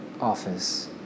office